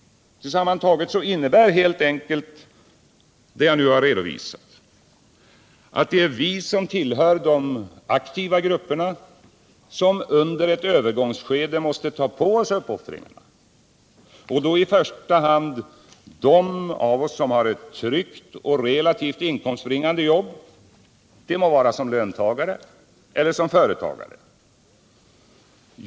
Sammantaget innebär det jag nu redovisat helt enkelt att det är vi som tillhör de aktiva grupperna som under ett övergångsskede måste ta på oss uppoffringarna. Detta gäller i första hand dem av oss som har ett tryggt och relativt inkomstbringande jobb — som löntagare eller som företagare.